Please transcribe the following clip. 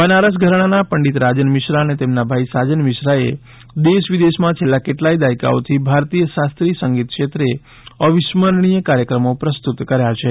બનારસ ઘરાનાના પંડિત રાજન મિશ્રા અને તેમના ભાઈ સાજન મિશ્રાએ દેશ વિદેશમાં છેલ્લા કેટલાક દાયકાઓથી ભારતીય શાસ્ત્રીય સંગીત ક્ષેત્રે અવિસ્મરણીય કાર્યક્રમો પ્રસ્તુત કર્યા છે